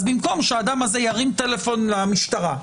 אז במקום שהאדם הזה ירים טלפון למשטרה,